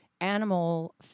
animal